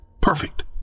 Perfect